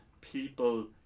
people